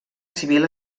civil